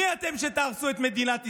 מי אתם שתהרסו את מדינת ישראל?